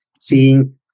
seeing